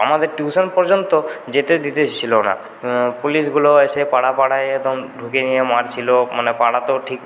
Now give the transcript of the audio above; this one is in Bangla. আমাদের টিউশান পর্যন্ত যেতে দিতে দিছিলো না পুলিশগুলো এসে পাড়ায় পাড়ায় একদম ঢুকে নিয়ে মারছিলো মানে পাড়াতেও ঠিক